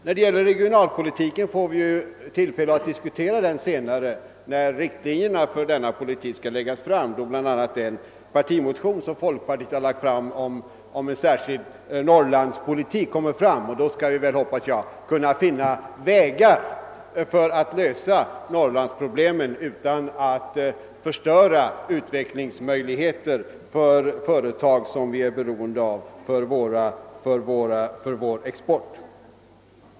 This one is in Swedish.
När det gäller regionalpolitiken får vi tillfälle att diskutera den senare när riktlinjerna för denna skall läggas fram. Då kommer bl.a. den partimotion som folkpartiet har lagt fram om en särskild norrlandspolitik att behandlas. Jag hoppas att vi då skall kunna finna vägar för att lösa norrlandsproblemen utan att förstöra utvecklingsmöjligheter för företag som vi är beroende av för vår export.